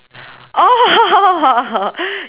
oh